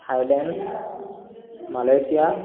Thailand Malaysia